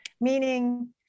Meaning